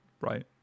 right